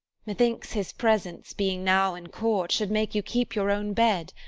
methinks his presence, being now in court, should make you keep your own bed